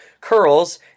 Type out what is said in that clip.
curls